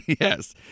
Yes